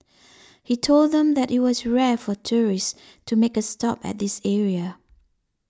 he told them that it was rare for tourists to make a stop at this area